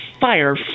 fire